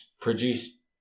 produced